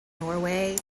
norway